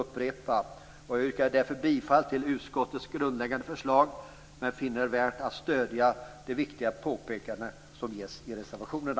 Jag yrkar därför bifall till utskottets grundläggande förslag men finner det värt att stödja det viktiga påpekande som ges i de nämnda reservationerna.